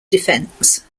defence